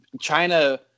China